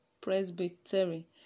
presbytery